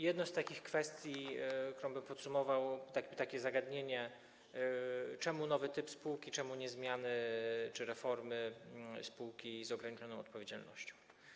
Jedna z takich kwestii, którą bym podsumował, jedno takie zagadnienie - czemu nowy typ spółki, czemu nie zmiany czy reformy spółki z ograniczoną odpowiedzialnością.